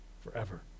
forever